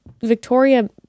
Victoria